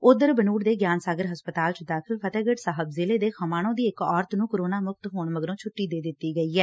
ਓਧਰ ਬਨੁੰਤ ਦੇ ਗਿਆਨ ਸਾਗਰ ਹਸਪਤਾਲ ਚ ਦਾਖ਼ਲ ਫਤਹਿਗੜ ਸਾਹਿਬ ਜ਼ਿਲੇ ਦੇ ਖਮਾਣੋ ਦੀ ਇਕ ਔਰਤ ਨੂੰ ਕੋਰੋਨਾ ਮੁਕਤ ਹੋਣ ਮਗਰੋਂ ਛੁੱਟੀ ਦੇ ਦਿੱਤੀ ਗਈ ਐ